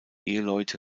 eheleute